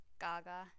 Gaga